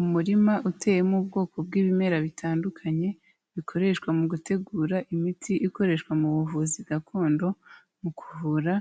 Umurima uteyemo ubwoko bw'ibimera bitandukanye bikoreshwa mu gutegura imiti ikoreshwa mu buvuzi gakondo mu kuvura